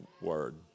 word